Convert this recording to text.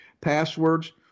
passwords